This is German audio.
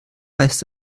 heißt